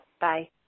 Bye